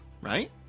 Right